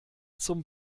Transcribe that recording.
zum